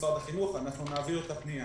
משרד החינוך, אנחנו נעביר את הפנייה.